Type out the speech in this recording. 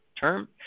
term